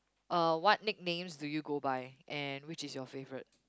uh what nicknames do you go by and which is your favourite